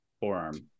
forearm